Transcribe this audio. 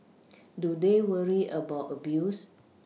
do they worry about abuse